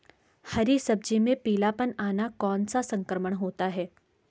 हरी सब्जी में पीलापन आना कौन सा संक्रमण होता है?